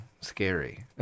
scary